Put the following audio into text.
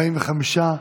45,